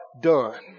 done